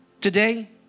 Today